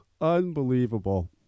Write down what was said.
Unbelievable